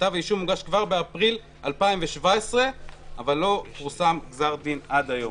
כתב האישום הוגש כבר באפריל 2017 אבל לא פורסם גזר דין עד היום.